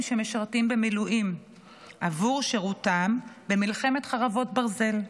שמשרתים במילואים עבור שירותם במלחמת חרבות ברזל.